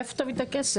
מאיפה תביא את הכסף?